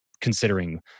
considering